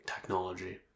technology